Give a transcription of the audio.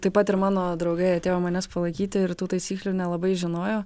taip pat ir mano draugai atėjo manęs palaikyti ir tų taisyklių nelabai žinojo